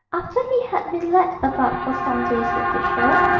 after he had been led about for some days with the show,